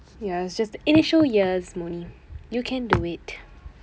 yeah it's just the initial years you can do it